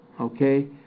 okay